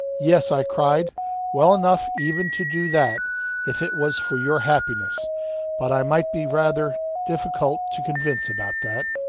yes! i cried well enough even to do that, if it was for your happiness but i might be rather difficult to convince about that.